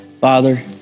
Father